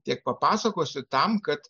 tiek papasakosiu tam kad